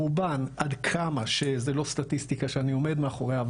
ברובן עד כמה שזה לא סטטיסטיקה שאני עומד מאחוריה,